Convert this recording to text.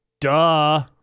Duh